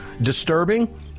disturbing